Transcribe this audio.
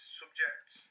subjects